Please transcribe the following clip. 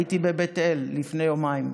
הייתי בבית אל לפני יומיים,